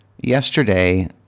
yesterday